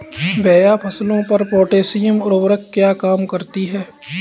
भैया फसलों पर पोटैशियम उर्वरक क्या काम करती है?